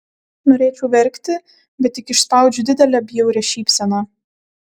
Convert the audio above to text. norėčiau verkti bet tik išspaudžiu didelę bjaurią šypseną